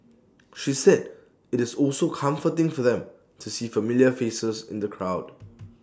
she said IT is also comforting for them to see familiar faces in the crowd